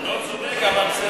הוא לא צודק אבל בסדר.